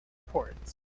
ports